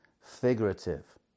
figurative